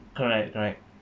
correct correct